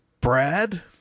Brad